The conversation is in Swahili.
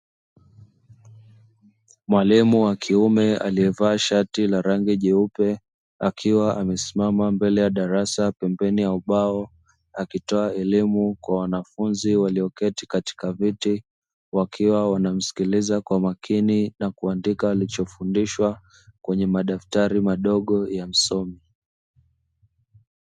Mwalimu wa kiume aliyevaa shati la rangi jeupe akiwa amesimama mbele ya darasa pembeni ya ubao, akitoa elimu kwa wanafunzi walioketi katika viti wakiwa wanamsikiliza kwa makini na kuandika walicho fundishwa kweye madaftari madogo ya msomi.